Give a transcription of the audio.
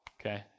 okay